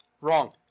Wrong